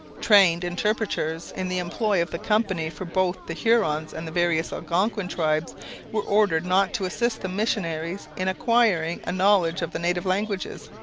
trained interpreters in the employ of the company for both the hurons and the various algonquin tribes were ordered not to assist the missionaries in acquiring a knowledge of the native languages.